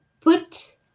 put